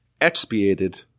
expiated